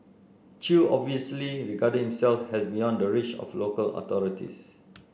chew obviously regarded himself as beyond the reach of local authorities